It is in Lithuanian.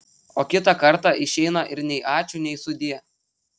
o kitą kartą išeina ir nei ačiū nei sudie